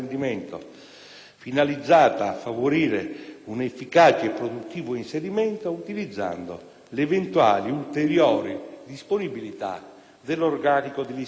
finalizzata a favorire un efficace e produttivo inserimento, utilizzando le eventuali ulteriori disponibilità dell'organico dì istituto.